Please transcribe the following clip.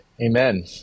Amen